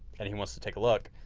and he wants to take a look,